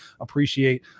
appreciate